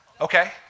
Okay